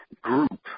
group